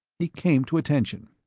he came to attention.